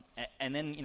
and then, you know,